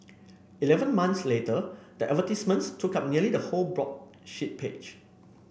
eleven months later the advertisements took up nearly the whole broadsheet page